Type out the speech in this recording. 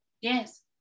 Yes